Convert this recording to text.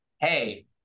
Hey